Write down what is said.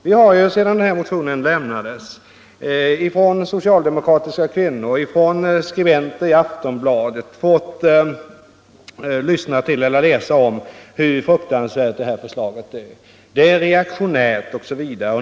Vi har ju, sedan motionen väcktes, av socialdemokratiska kvinnor och av skribenter i Aftonbladet fått beskrivningar av hur reaktionärt förslaget är.